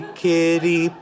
kitty